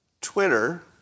Twitter